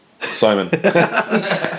Simon